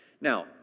Now